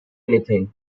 anything